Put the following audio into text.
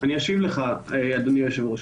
אני אשיב לך אדוני היושב ראש.